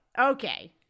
Okay